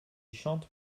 chante